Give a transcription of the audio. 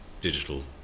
digital